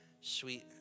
sweet